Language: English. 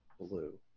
blue